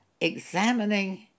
examining